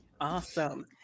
Awesome